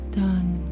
done